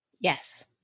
Yes